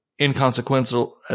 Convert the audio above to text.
inconsequential